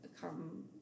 come